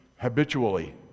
habitually